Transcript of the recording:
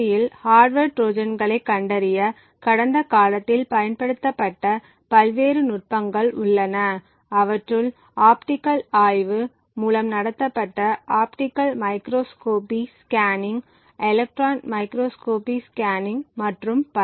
யில் ஹார்ட்வர் ட்ரோஜான்களைக் கண்டறிய கடந்த காலத்தில் பயன்படுத்தப்பட்ட பல்வேறு நுட்பங்கள் உள்ளன அவற்றுள் ஆப்டிகல் ஆய்வு மூலம் நடத்தப்பட்ட optical microscopy scanning electron microscopy scanning மற்றும் பல